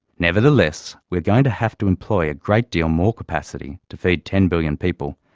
nevertheless, we are going to have to employ a great deal more capacity to feed ten billion people,